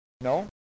No